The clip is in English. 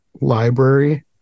library